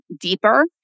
deeper